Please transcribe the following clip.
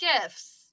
gifts